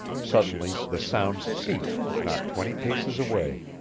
suddenly the sounds ceased not twenty paces away.